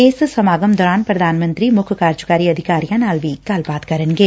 ਇਸ ਸਮਾਗਮ ਦੌਰਾਨ ਪ੍ਰਧਾਨ ਮੰਤਰੀ ਮੁੱਖ ਕਾਰਜਕਾਰੀ ਅਧਿਕਾਰੀਆਂ ਨਾਲ ਵੀ ਗੱਲਬਾਤ ਕਰਨਗੇ